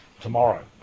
tomorrow